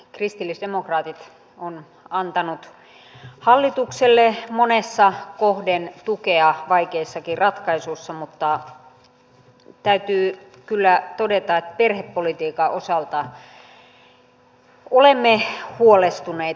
kristillisdemokraatit on antanut hallitukselle monessa kohdin tukea vaikeissakin ratkaisuissa mutta täytyy kyllä todeta että perhepolitiikan osalta olemme huolestuneita